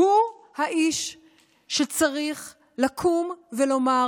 הוא האיש שצריך לקום ולומר: